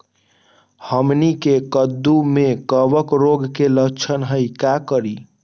हमनी के कददु में कवक रोग के लक्षण हई का करी?